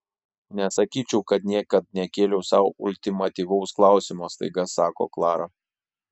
nesakyčiau kad niekad nekėliau sau ultimatyvaus klausimo staiga sako klara